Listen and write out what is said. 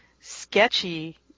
sketchy